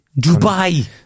Dubai